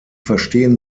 verstehen